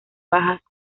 bajas